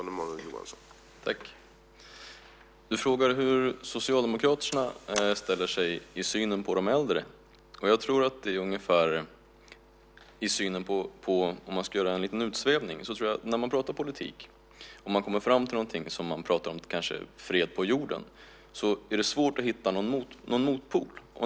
Herr talman! Du frågar hur Socialdemokraterna ställer sig i synen på de äldre. Låt mig få göra en utsvävning. När man pratar politik, kanske om fred på jorden, är det svårt att hitta någon motpol.